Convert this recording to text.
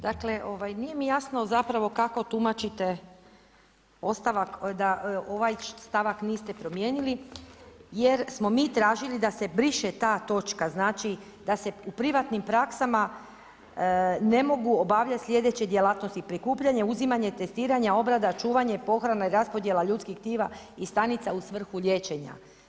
Dakle nije mi jasno zapravo kako tumačite ostavak da ovaj stavak niste promijenili jer smo mi tražili da se briše ta točka, znači da se u privatnim praksama ne mogu obavljati sljedeće djelatnosti: prikupljanje, uzimanje, testiranja, obrada, čuvanje, pohrana i raspodjela ljudskih tkiva i stanica u svrhu liječenja.